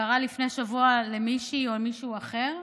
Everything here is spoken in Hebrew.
זה קרה לפני שבוע למישהי או מישהו אחר.